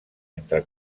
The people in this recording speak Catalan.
entre